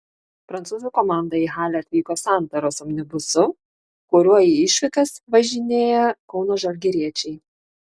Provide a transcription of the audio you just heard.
prancūzų komanda į halę atvyko santaros omnibusu kuriuo į išvykas važinėja kauno žalgiriečiai